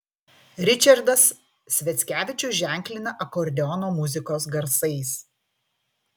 ričardas sviackevičius ženklina akordeono muzikos garsais